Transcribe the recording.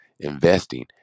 investing